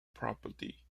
property